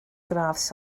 gradd